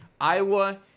Iowa